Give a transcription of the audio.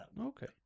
Okay